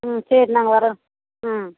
ம் சரி நாங்கள் வரோம் ம்